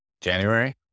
January